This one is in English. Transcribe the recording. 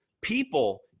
people